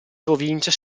provincia